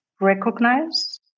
recognize